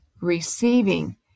receiving